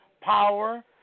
power